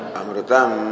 amrutam